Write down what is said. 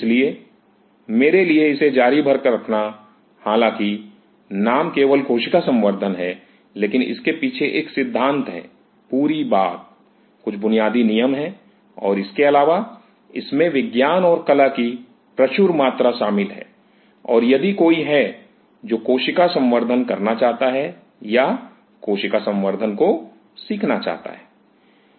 इसलिए मेरे लिए इसे जारी भर रखना हालांकि नाम केवल कोशिका संवर्धन है लेकिन इसके पीछे एक सिद्धांत है पूरी बात कुछ बुनियादी नियम हैं और इसके अलावा इसमें विज्ञान और कला की प्रचुर मात्रा शामिल है और यदि कोई है जो कोशिका संवर्धन करना चाहता है या कोशिका संवर्धन को सीखना चाहता है